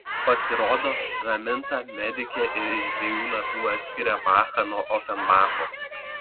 pasirodo raminta medikė ir iš dviejų natų atskiria bachą nuo ofenbacho